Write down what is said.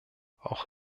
auch